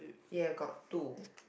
ya got two